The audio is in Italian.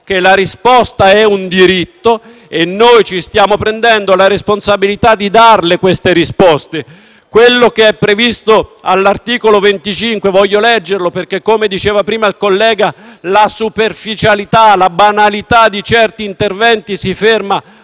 che la risposta è un diritto e ci stiamo prendendo la responsabilità di dare risposte, come previsto all’articolo 25, che voglio leggere perché - come ha già detto prima un collega - la superficialità e la banalità di certi interventi si fermano